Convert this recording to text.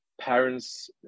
parents